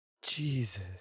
jesus